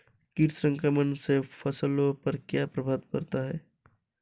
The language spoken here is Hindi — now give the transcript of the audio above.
कीट संक्रमण से फसलों पर क्या प्रभाव पड़ता है?